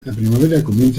comienza